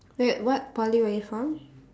wait what poly were you from